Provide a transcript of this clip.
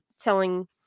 telling